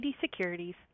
Securities